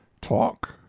talk